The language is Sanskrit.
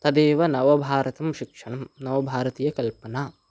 तदेव नवभारतं शिक्षणं नवभारतीयकल्पना